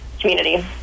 community